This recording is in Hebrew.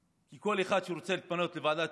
כי כל אחד שרוצה לפנות לוועדה